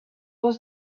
was